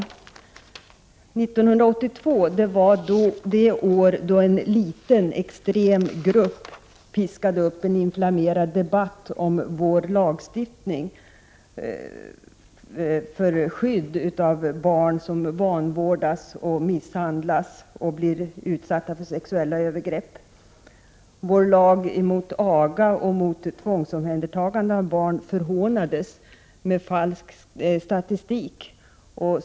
1982 piskade en liten extrem grupp upp en inflammerad debatt om vår lagstiftning för skydd av barn som vanvårdas, misshandlas och utsätts för sexuella övergrepp. Vår lag mot aga och tvångsomhändertagande av barn förhånades genom falsk statistik.